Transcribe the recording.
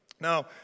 Now